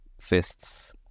fists